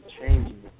changing